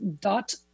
dot